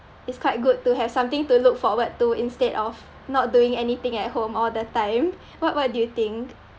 it's quite good to have something to look forward to instead of not doing anything at home all the time what what do you think